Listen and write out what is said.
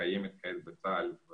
יחד עם צה"ל כמובן,